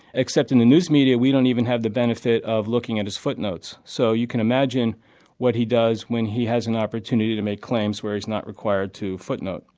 except in the news media we don't even have the benefit of looking at his footnotes. so you can imagine what he does when he has an opportunity to make claims where he's not required to footnote.